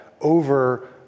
over